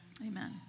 Amen